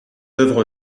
œuvre